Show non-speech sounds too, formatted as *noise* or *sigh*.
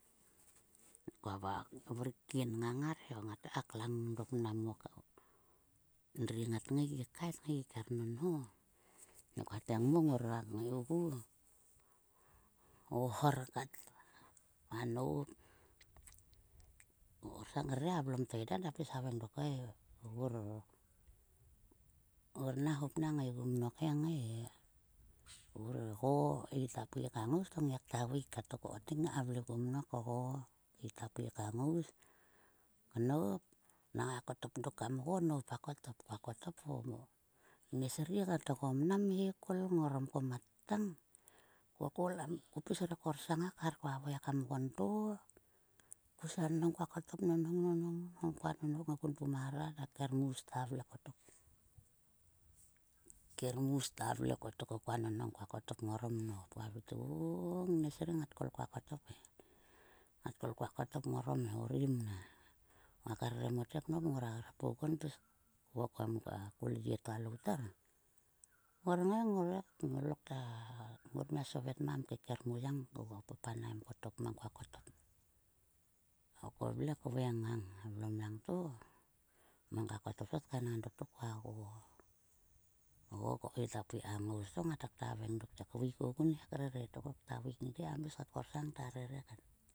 Kua va *unintelligible* vrik kin ngang ngar he ko ngat ngai ka klang dok mang endri ngat ngaigi kaet gi kernonho he ko havei te ngmo ngora ngaigu. O hor kat va nop. Ko korsang krere a vlom to eda ta pis khaveng dok. Oi vur or na hop na ngaigu mnok na ngai vur go it a pui. Ka ngous to ngiakta veik kat. Toko kottek kngai kavle kumnok kgo keit a pui ka ngous knop. nang a kottop dok kam go nop a kottop. Koa kottop o ngnes ri ngat go mnam he kol ngorom ko ma ttang. Ko koul kam *unintelligible* ko pis korsang he khar kua vhoi kam gon to ko sia nonhong kua kottop, nonhong, nonhong, kua nonhong kun pum a rat kermus ka vle kotok kermusta vlekotok ko koa nonhong koa kotop nop koa kotop ngorom he orim na. Ngauk rer mote nop ngura grap aguon kvokom kulia to a loutar. Ngor ngai ngor lokta. Ngor mia sovet mang kam kermuyang papanaim mang koa kottop koa vle kvoi ngang a vlom langto mang ka kotop to tkain ngang dok to koa go. Kgo ko keit a pui ka ngous to ngatakta vei nga dok te veik ogun he krere to kokta veik te kam kta korsang kere kat.